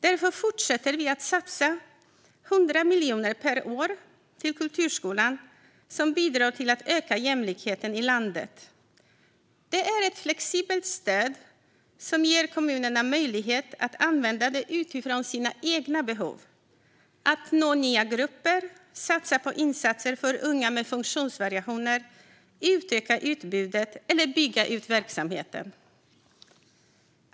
Därför fortsätter vi att satsa 100 miljoner per år till kulturskolan, som bidrar till att öka jämlikheten i landet. Det är ett flexibelt stöd som ger kommunerna möjlighet att använda det utifrån sina egna behov: att nå nya grupper, satsa på insatser för unga med funktionsvariationer, utöka utbudet eller bygga ut verksamheten.